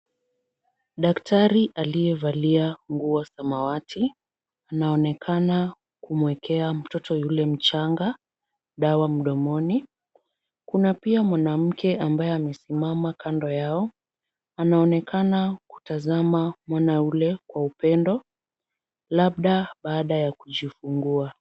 Daktari aliyevalia nguo samawati, anaonekana kumuekea mtoto yule mchanga dawa mdomoni. Kuna pia mwanamke ambaye amesimama kando yao. Anaonekana kutazama mwana ule kwa upendo labda baada ya kujifungua.